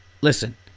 listen